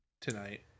tonight